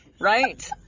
right